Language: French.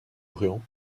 orient